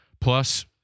Plus